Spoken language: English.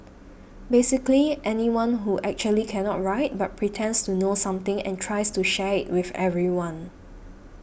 basically anyone who actually cannot write but pretends to know something and tries to share it with everyone